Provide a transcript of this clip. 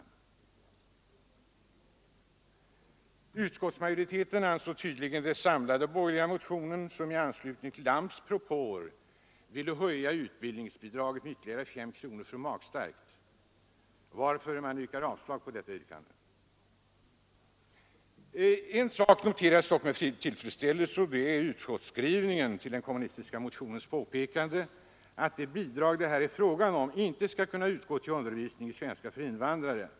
Utskottsmajoriteten har tydligen ansett den gemensamma borgerliga motionen — som i anslutning till arbetsmarknadsstyrelsens propå vill höja utbildningsbidraget med ytterligare 5 kronor — för magstark, och utskottet har därför yrkat avslag på det förslaget. En sak noteras dock med tillfredsställelse, och det är utskottets skrivning om den kommunistiska motionens påpekande att det bidrag det här är fråga om inte bör kunna utgå vid undervisning i svenska för invandrare.